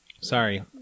Sorry